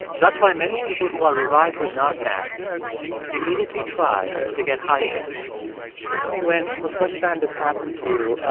that's why many people who are revived with narcan immediately try to get high again tiffany, when the first time this happened to you,